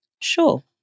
Sure